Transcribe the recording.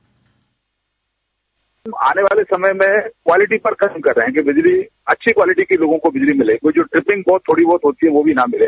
bite आने वाले समय में क्वालिटी पर ध्यान दे रहे हैं बिजली ं अच्छी क्वालिटी के लोगों को बिजली मिलेगी जो ट्रिपिंग फाल्ट थोड़ी बहुत होती है वह भी न मिले